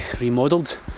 remodelled